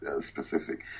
specific